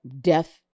death